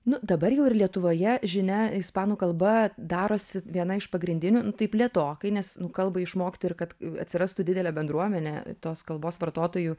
nu dabar jau ir lietuvoje žinia ispanų kalba darosi viena iš pagrindinių nu taip lėtokai nes nu kalbą išmokti ir kad atsirastų didelė bendruomenė tos kalbos vartotojų